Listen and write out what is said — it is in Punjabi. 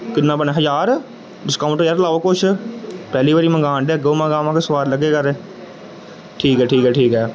ਕਿੰਨਾ ਬਣਿਆ ਹਜ਼ਾਰ ਡਿਸਕਾਊਂਟ ਯਾਰ ਲਾਓ ਕੁਛ ਪਹਿਲੀ ਵਾਰੀ ਮੰਗਾਨ ਡਏ ਅੱਗੋਂ ਮਗਾਵਾਂਵਾਗੇ ਸਵਾਦ ਲੱਗੇਗਾ ਤਾਂ ਠੀਕ ਹੈ ਠੀਕ ਹੈ ਠੀਕ ਹੈ